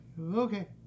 okay